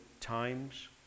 times